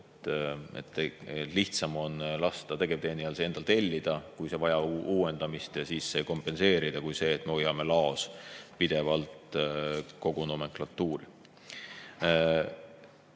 on lihtsam lasta tegevteenijal endale vorm tellida, kui see vajab uuendamist, ja siis see kompenseerida, mitte nii, et me hoiame laos pidevalt kogu nomenklatuuri.